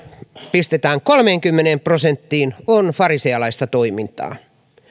pistetään kolmeenkymmeneen prosenttiin on farisealaista toimintaa